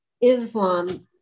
Islam